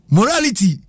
Morality